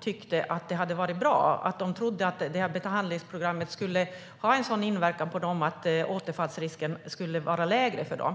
tyckte att det hade varit bra och trodde att det skulle ha en sådan inverkan på dem att återfallsrisken skulle vara lägre.